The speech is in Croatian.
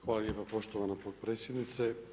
Hvala lijepa poštovana potpredsjednice.